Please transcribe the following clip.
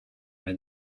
m’a